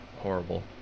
horrible